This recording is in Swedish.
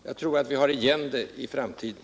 Jag tror dock att vi har igen det i framtiden.